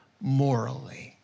morally